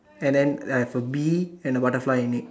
and then I have a bee and a butterfly in it